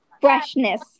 freshness